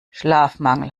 schlafmangel